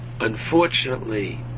unfortunately